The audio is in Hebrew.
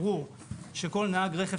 ברור שכל נהג רכב,